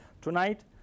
Tonight